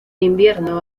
invierno